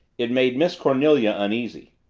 it made miss cornelia uneasy.